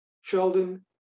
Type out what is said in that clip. Sheldon